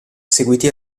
seguiti